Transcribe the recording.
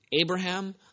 Abraham